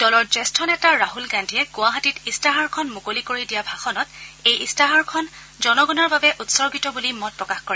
দলৰ জ্যেষ্ঠ নেতা ৰাহুল গান্ধীয়ে গুৱাহাটীত ইস্তাহাৰখন মুকলি কৰি দিয়া ভাষণত এই ইস্তাহাৰখন জনগণৰ বাবে উৎসৰ্গিত বুলি মত প্ৰকাশ কৰে